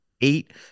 eight